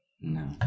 No